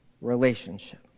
relationship